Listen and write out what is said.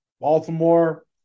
Baltimore